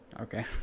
Okay